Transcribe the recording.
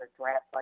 draft